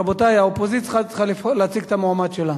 רבותי, האופוזיציה צריכה להציג את המועמד שלה?